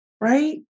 Right